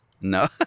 No